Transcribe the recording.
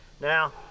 Now